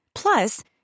Plus